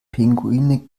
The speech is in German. pinguine